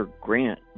Grant